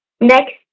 next